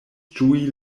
ĝui